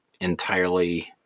entirely